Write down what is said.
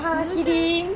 kirakan